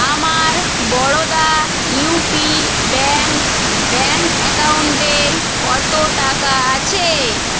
আমার Baroda U P bank bank অ্যাকাউন্টে কত টাকা আছে